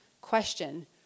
Question